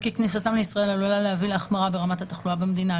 וכי כניסתם לישראל עלולה להביא להחמרה ברמת התחלואה במדינה,